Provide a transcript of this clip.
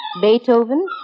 Beethoven